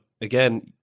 again